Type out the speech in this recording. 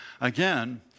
again